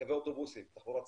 קווי אוטובוסים, תחבורה ציבורית,